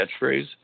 catchphrase